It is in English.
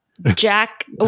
Jack